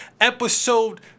Episode